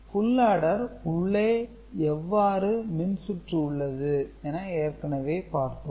புல் adder உள்ளே எவ்வாறு மின்சுற்று உள்ளது என ஏற்கனவே பார்த்தோம்